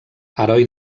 heroi